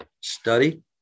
study